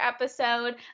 episode